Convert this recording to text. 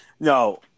No